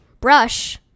brush